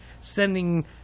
sending